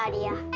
um year,